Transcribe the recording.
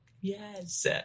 Yes